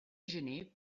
gener